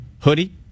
hoodie